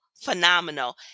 phenomenal